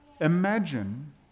Imagine